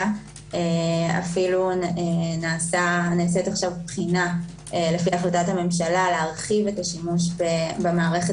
אפילו נעשית עכשיו בחינה להרחיב את השימוש במערכת